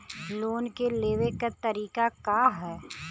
Loan के लेवे क तरीका का ह?